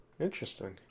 Interesting